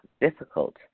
difficult